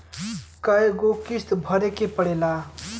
कय गो किस्त भरे के पड़ेला?